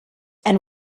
and